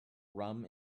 rum